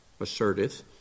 asserteth